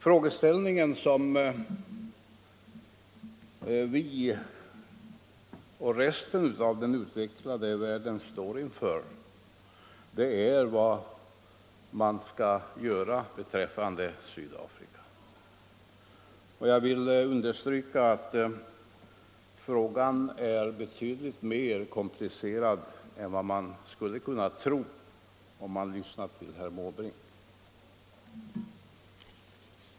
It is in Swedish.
Frågeställningen som vi och resten av den utvecklade världen står inför är vad som kan göras beträffande Sydafrika, och jag vill understryka att frågan är betydligt mera komplicerad än vad man skulle kunna tro när man lyssnar till herr Måbrink.